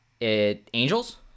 Angels